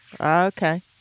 Okay